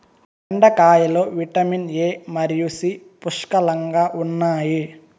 బెండకాయలో vitamin A మరియు C పుష్కలంగా ఉన్నాయి